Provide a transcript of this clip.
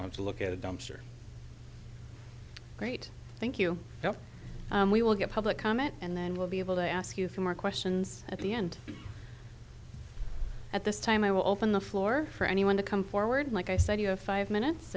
want to look at a dumpster great thank you and we will get public comment and then we'll be able to ask you a few more questions at the end at this time i will open the floor for anyone to come forward like i said you have five minutes